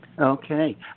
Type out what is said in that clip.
Okay